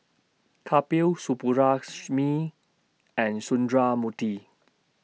Kapil Subbulakshmi and Sundramoorthy